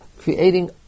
creating